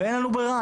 אין לנו ברירה.